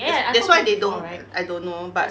that's why they don't I don't know but